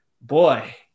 boy